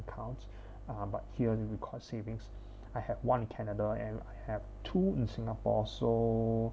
accounts um but here we call it savings I had one in canada and had two in singapore so